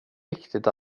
viktigt